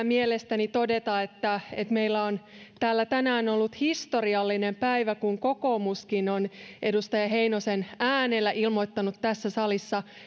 mielestäni todeta että meillä on täällä tänään ollut historiallinen päivä kun kokoomuskin on edustaja heinosen äänellä ilmoittanut tässä salissa